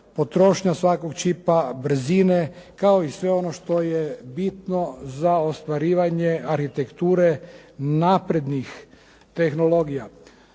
potrošnja svakog čipa, brzine, kao i sve ono što je bitno za ostvarivanje arhitekture naprednih tehnologija.